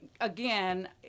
again